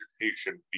Education